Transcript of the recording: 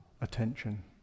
attention